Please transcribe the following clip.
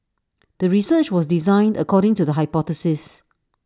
the research was designed according to the hypothesis